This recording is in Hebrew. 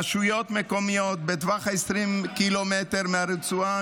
רשויות מקומיות בטווח 20 ק"מ מהרצועה,